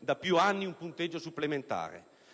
da più anni un punteggio supplementare.